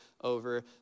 over